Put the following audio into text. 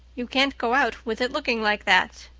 you can't go out with it looking like that.